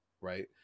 right